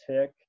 tick